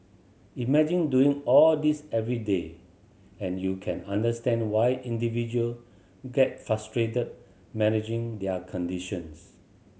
imagine doing all this every day and you can understand why individual get frustrated managing their conditions